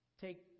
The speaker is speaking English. Take